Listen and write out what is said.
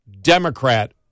Democrat